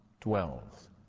dwells